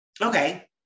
Okay